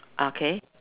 okay